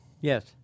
Yes